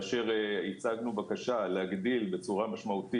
שוב, תעדוף משרד הבריאות